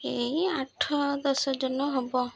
ଏଇ ଆଠ ଦଶ ଜଣ ହବ